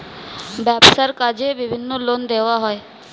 ব্যবসার কাজে বিভিন্ন লোন দেওয়া হয়